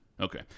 Okay